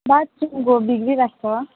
बाथरुमको बिग्रिरहेको छ